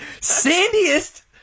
sandiest